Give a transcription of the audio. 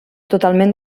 totalment